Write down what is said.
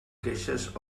queixes